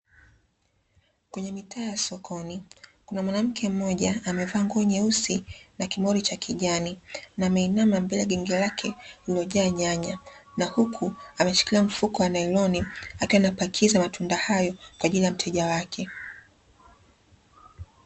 Kwenye mitaa ya sokoni kuna mwanamke mmoja amevaa nguo nyeusi na kimoli cha kijani na ameinama mbele ya genge lake lililojaa nyanya na huku ameshikilia mfuko wa nailoni akiwa anapakiza matunda hayo kwa ajili ya mteja wake.